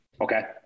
okay